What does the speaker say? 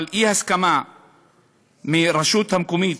אבל אי-הסכמה מהרשות המקומית,